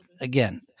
again